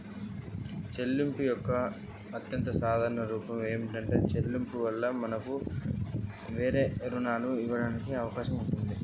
చెల్లింపు యొక్క అత్యంత సాధారణ రూపం ఏమిటి?